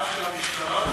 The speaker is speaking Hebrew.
זה הודעה של המשטרה?